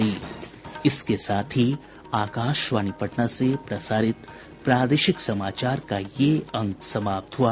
इसके साथ ही आकाशवाणी पटना से प्रसारित प्रादेशिक समाचार का ये अंक समाप्त हुआ